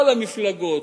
כל המפלגות,